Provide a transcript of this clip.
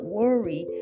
worry